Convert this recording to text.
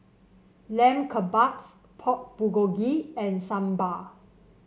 Lamb Kebabs Pork Bulgogi and Sambar